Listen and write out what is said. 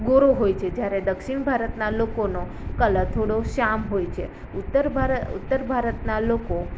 ગોરો હોય છે જ્યારે દક્ષિણ ભારતના લોકોનો કલર થોડો શ્યામ હોય છે ઉત્તર ભાર ઉત્તર ભારતના લોકો